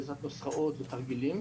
בעזרת נוסחאות ותרגילים,